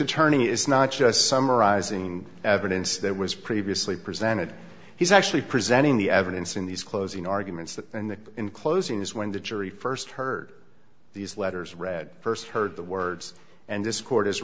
attorney is not just summarizing evidence that was previously presented he's actually presenting the evidence in these closing arguments that then in closing is when the jury first heard these letters read first heard the words and